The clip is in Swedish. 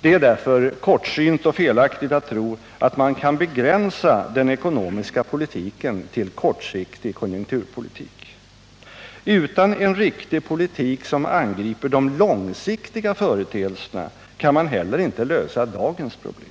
Det är därför kortsynt och felaktigt att tro att man kan begränsa den ekonomiska politiken till kortsiktig konjunkturpolitik. Utan en riktig politik som angriper de långsiktiga företeelserna kan man heller inte lösa dagens problem.